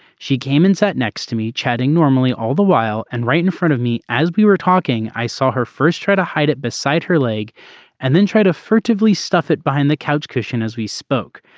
she came and sat next to me chatting normally all the while and right in front of me as we were talking i saw her first try to hide it beside her leg and then try to furtively stuff it behind the couch cushion as we spoke.